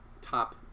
top